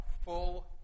full